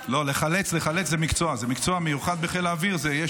לא, לחלץ זה מקצוע, זה מקצוע מיוחד בחיל האוויר.